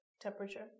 temperature